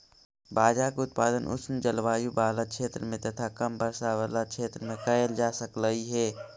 बाजरा के उत्पादन उष्ण जलवायु बला क्षेत्र में तथा कम वर्षा बला क्षेत्र में कयल जा सकलई हे